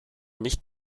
nicht